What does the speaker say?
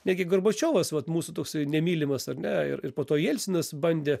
netgi gorbačiovas vat mūsų toksai nemylimas ar ne ir ir po to jelcinas bandė